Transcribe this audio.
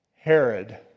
Herod